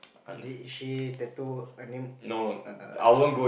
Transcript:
did she tattoo her name err